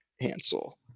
Hansel